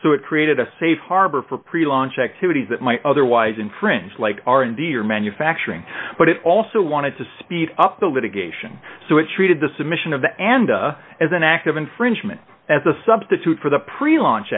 so it created a safe harbor for pre launch activities that might otherwise infringe like r and d or manufacturing but it also wanted to speed up the litigation so it's treated the submission of the anda as an act of infringement as a substitute for the pre launch